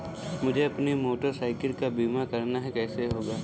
मुझे अपनी motor cycle का बीमा करना है कैसे होगा?